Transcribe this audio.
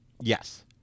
Yes